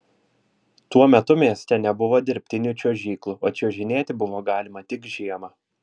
tuo metu mieste nebuvo dirbtinų čiuožyklų o čiuožinėti buvo galima tik žiemą